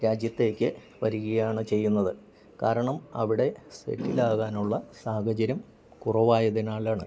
രാജ്യത്തേക്ക് വരികയാണു ചെയ്യുന്നത് കാരണം അവിടെ സെറ്റിലാകാനുള്ള സാഹചര്യം കുറവായതിനാലാണ്